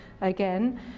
again